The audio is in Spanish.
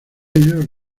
ellos